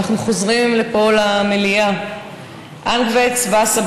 אנחנו חוזרים לפה למליאה: אנגווץ וואסה,